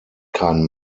kein